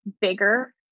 bigger